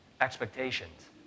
expectations